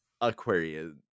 Aquarius